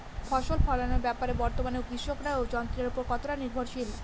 ফসল ফলানোর ব্যাপারে বর্তমানে কৃষকরা যন্ত্রের উপর কতটা নির্ভরশীল?